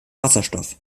wasserstoff